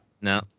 No